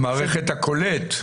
המערכת הכולאת.